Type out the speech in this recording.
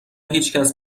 هیچکس